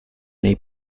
nei